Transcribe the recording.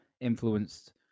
influenced